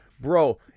bro